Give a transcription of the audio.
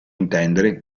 intendere